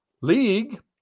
league